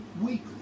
Weekly